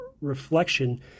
reflection